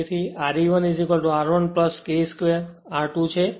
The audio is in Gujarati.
તેથી Re1 R 1 K 2 R 2 છે